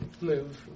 move